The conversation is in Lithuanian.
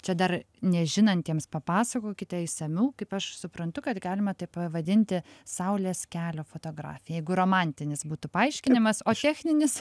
čia dar nežinantiems papasakokite išsamiau kaip aš suprantu kad galima tai pavadinti saulės kelio fotografija jeigu romantinis būtų paaiškinimas o techninis